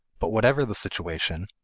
but whatever the situation,